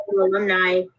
alumni